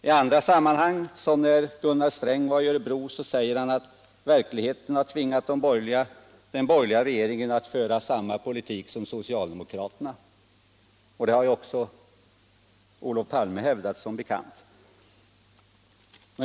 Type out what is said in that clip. I andra sammanhang, som när Gunnar Sträng var i Örebro, säger man att verkligheten har tvingat den borgerliga regeringen att föra samma politik som socialdemokraterna, och det har även Olof Palme hävdat, som bekant.